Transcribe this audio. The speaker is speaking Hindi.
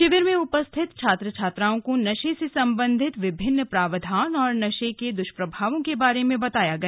शिविर में उपस्थित छात्र छात्राओं को नशे से सम्बन्धित विभिन्न प्रावधान और नशे के दुष्प्रभावों के बारे में बताया गया